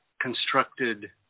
constructed